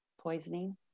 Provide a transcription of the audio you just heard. poisoning